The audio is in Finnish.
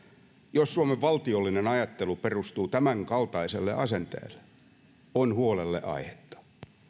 jos suomen valtiollinen ajattelu perustuu tämänkaltaiseen asenteeseen on huolelle aihetta